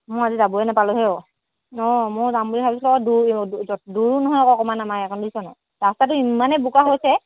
মই আজি যাবই নাপালোঁ হেও অঁ মই যাম বুলি ভাবিছিলোঁ আক দূৰ দূৰো নহয় আক অকণমান আমাৰ এইকণ দেখিছ নাই ৰাস্তাটো ইমানেই বোকা হৈছে